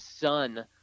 son